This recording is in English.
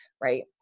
Right